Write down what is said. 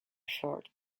short